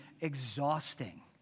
exhausting